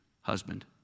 husband